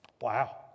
Wow